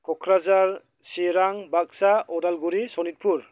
Kokrajhar Chirang Baksa Udalguri Sonitpur